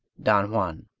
don juan.